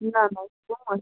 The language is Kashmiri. نہَ نہَ